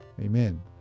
Amen